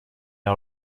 are